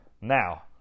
Now